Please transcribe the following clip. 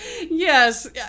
Yes